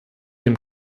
dem